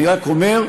אני רק אומר,